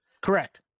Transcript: Correct